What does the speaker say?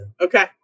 Okay